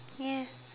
yes